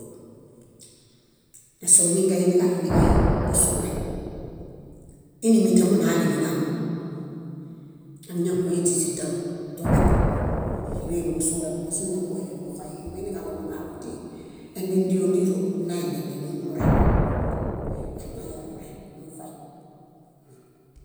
Ñásoo mingeainiġaɭo aiḃabusure, íinimita muɭaŋi nínamoo. Ámiñahoyen źíźita źoḃepu, níḃe niḃusureḃo mozuni nóxuere nuḃuxoy. Imbuiniġalo muɭaŋuti, endindi óndiro, nina endindi nuhurẽto. Amiñarohuren numuxoy.